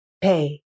Pay